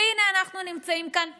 והינה אנחנו נמצאים כאן עכשיו,